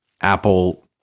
Apple